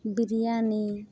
biryani